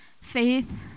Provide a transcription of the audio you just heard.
faith